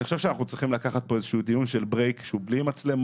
אני חושב שאנחנו צריכים לקחת כאן איזה דיון של ברייק שהוא בלי מצלמות